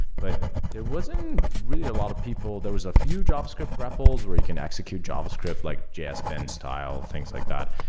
but there wasn't really a lot of people. there was a few javascript repls where you can execute javascript like js bin style, things like that.